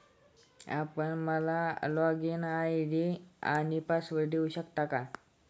आपण मला login ID आणि पासवर्ड देऊ शकता का?